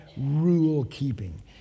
rule-keeping